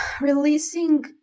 releasing